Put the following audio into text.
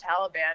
Taliban